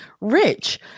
rich